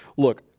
look,